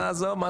עזוב,